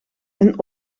een